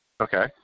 Okay